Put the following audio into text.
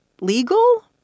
legal